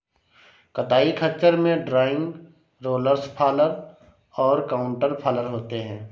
कताई खच्चर में ड्रॉइंग, रोलर्स फॉलर और काउंटर फॉलर होते हैं